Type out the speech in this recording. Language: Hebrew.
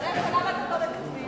אבל איפה אתם עכשיו?